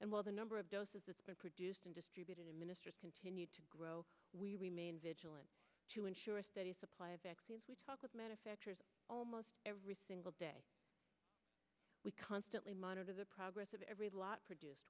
and while the number of doses that are produced and distributed to ministers continue to grow we remain vigilant to ensure a steady supply of vaccines we talk with manufacturers almost every single day we constantly monitor the progress of every lot produced